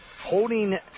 holding